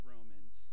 Romans